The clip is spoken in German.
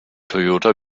toyota